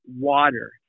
water